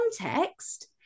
context